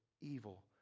evil